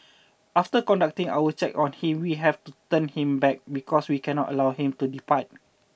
after conducting our check on him we have to turn him back because we cannot allow him to depart